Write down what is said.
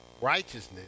righteousness